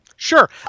Sure